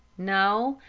no,